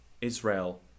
Israel